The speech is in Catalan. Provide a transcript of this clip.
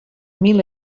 mil